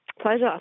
Pleasure